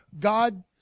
God